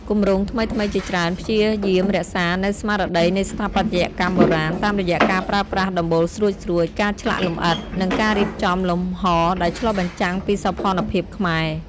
គម្រោងថ្មីៗជាច្រើនព្យាយាមរក្សានូវស្មារតីនៃស្ថាបត្យកម្មបុរាណ តាមរយៈការប្រើប្រាស់ដំបូលស្រួចៗ ការឆ្លាក់លម្អិត និងការរៀបចំលំហដែលឆ្លុះបញ្ចាំងពីសោភ័ណភាពខ្មែរ។